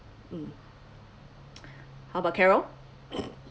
mm how about carol